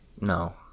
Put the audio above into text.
No